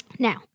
Now